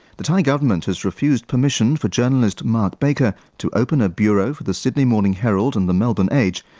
the thai government has refused permission for journalist mark baker to open a bureau for the sydney morning herald and the melbourne age.